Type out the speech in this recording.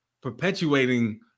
perpetuating